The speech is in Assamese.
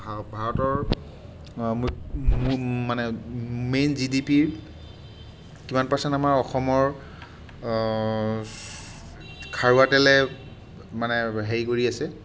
ভাৰতৰ মানে মেইন জিডিপিৰ কিমান পাৰ্চেণ্ট আমাৰ অসমৰ খাৰুৱা তেলে মানে হেৰি কৰি আছে